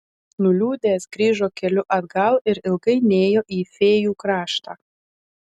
nuliūdęs grįžo keliu atgal ir ilgai nėjo į fėjų kraštą